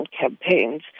campaigns